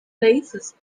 places